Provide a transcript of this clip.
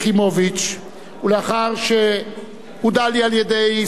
ולאחר שהודע לי על-ידי סיעת האופוזיציה הגדולה